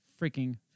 freaking